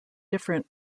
different